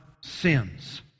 sins